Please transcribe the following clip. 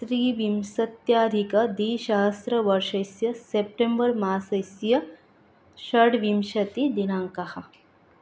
त्रिविंशत्याधिकद्विसहस्रवर्षस्य September मासस्य षड्विंशतिदिनाङ्कः